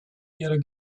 ihrer